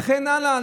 וכן הלאה.